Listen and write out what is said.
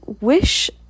wish